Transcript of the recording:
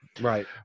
right